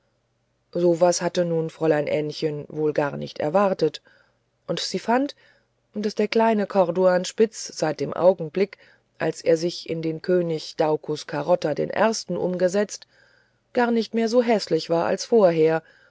so was hatte nun fräulein ännchen wohl gar nicht erwartet und sie fand daß der kleine corduanspitz seit dem augenblick als er sich in den könig daucus carota den ersten umgesetzt gar nicht mehr so häßlich war als vorher